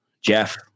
Jeff